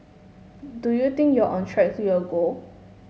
do you think you're on track to your goal